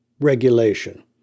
regulation